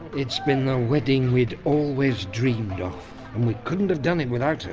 it's been the wedding we'd always dreamed of, and we couldn't have done it without her.